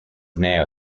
now